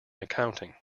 accounting